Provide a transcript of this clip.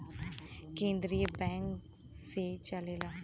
केन्द्रीय बैंक से चलेला